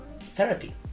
therapy